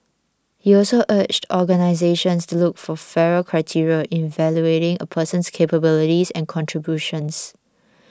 he also urged organisations to look for fairer criteria in evaluating a person's capabilities and contributions